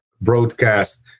broadcast